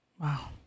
Wow